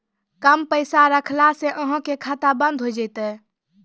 कम पैसा रखला से अहाँ के खाता बंद हो जैतै?